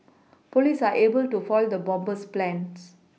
police are able to foil the bomber's plans